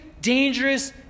dangerous